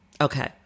Okay